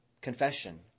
confession